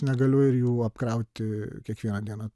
negaliu ir jų apkrauti kiekvieną dieną